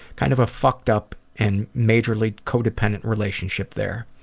kind of a fucked up and majorly co-dependent relationship there.